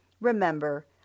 Remember